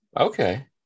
Okay